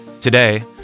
Today